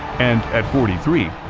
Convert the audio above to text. and at forty three,